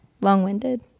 Long-winded